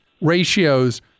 ratios